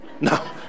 No